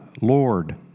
Lord